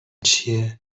چیه